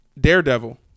Daredevil